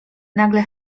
nagle